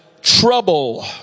trouble